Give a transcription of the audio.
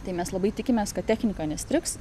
tai mes labai tikimės kad technika nestrigs